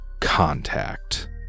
contact